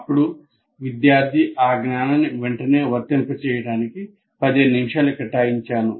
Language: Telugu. అప్పుడు విద్యార్థి ఆ జ్ఞానాన్ని వెంటనే వర్తింపజేయడానికి 15 నిమిషాలు కేటాయించాను